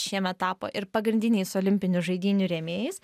šiemet tapo ir pagrindiniais olimpinių žaidynių rėmėjais